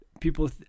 people